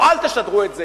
או אל תשדרו את זה.